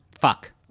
Fuck